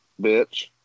bitch